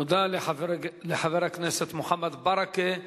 תודה לחבר הכנסת מוחמד ברכה.